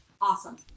awesome